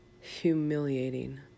humiliating